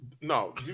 No